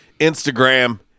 Instagram